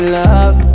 love